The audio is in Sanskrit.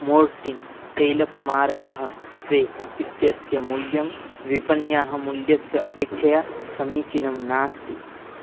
मोर्टिन् तैलपमारकः स्प्रे इत्यस्य मूल्यं विपण्याः मूल्यस्य अपेक्षया समीचीनं नास्ति